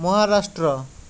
Maharashtra